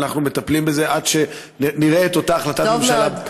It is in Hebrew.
ואנחנו מטפלים בזה עד שנראה את אותה החלטת ממשלה בדצמבר.